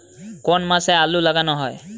কোন মাসে আলু লাগানো হয়?